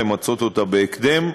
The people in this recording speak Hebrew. למצות אותה בהקדם,